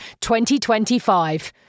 2025